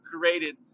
created